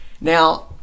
Now